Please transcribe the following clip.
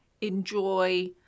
enjoy